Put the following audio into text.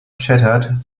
chattered